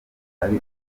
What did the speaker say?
ari